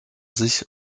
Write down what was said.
sich